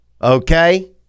Okay